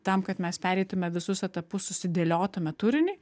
tam kad mes pereitume visus etapus susidėliotume turinį